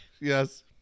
Yes